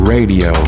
Radio